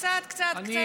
קצת, קצת, קצת.